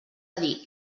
dir